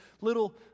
little